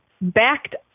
backed